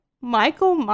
Michael